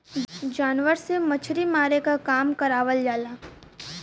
जानवर से मछरी मारे के काम करावल जाला